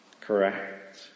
Correct